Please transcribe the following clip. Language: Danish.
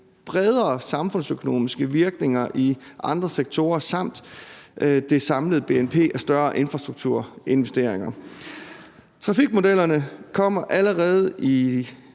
bredere samfundsøkonomiske virkninger i andre sektorer samt virkningen på det samlede bnp af større infrastrukturinvesteringer. Trafikmodellerne kommer allerede i